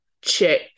check